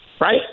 Right